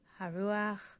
Haruach